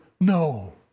no